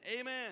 amen